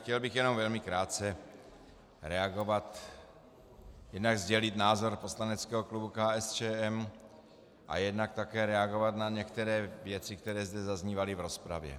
Chtěl bych jenom velmi krátce reagovat, jednak sdělit názor poslaneckého klubu KSČM a jednak také reagovat na některé věci, které zde zaznívaly v rozpravě.